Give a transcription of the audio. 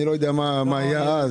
אני לא יודע מה היה אז,